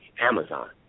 Amazon